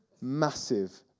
massive